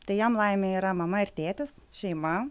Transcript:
tai jam laimė yra mama ir tėtis šeima